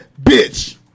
bitch